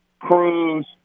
Cruz